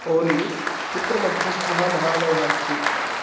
ओली कुत्र मध्यस्थः महालयः अस्ति